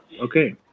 Okay